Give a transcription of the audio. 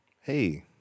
hey